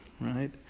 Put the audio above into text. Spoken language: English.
right